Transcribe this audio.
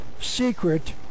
secret